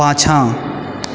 पाछाँ